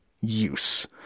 use